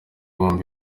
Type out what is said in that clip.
bombi